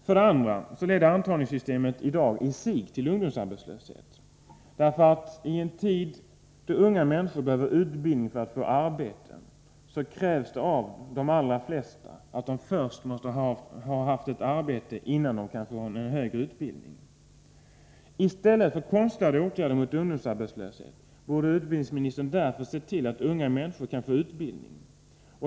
För det andra leder antagningssystemet i dag i sig till ungdomsarbetslöshet. I en tid då unga människor behöver utbildning för att få arbete krävs det av de allra flesta att de först måste ha ett arbete innan de kan få en högre utbildning. I stället för konstlade åtgärder mot ungdomsarbetslösheten borde utbildningsministern därför se till att unga människor kan få utbildning.